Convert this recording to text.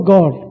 God